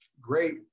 great